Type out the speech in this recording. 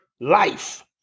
life